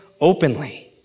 openly